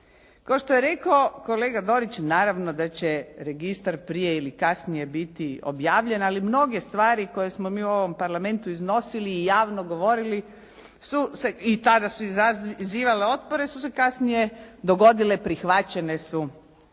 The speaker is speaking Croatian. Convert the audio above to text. Kao što je rekao kolega Dorić naravno da će registar prije ili kasnije biti objavljen, ali mnoge stvari koje smo mi ovdje u ovom Parlamentu iznosili i javno govorili su se i tada su izazivale otpore su se kasnije dogodile prihvaćene su